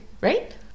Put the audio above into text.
right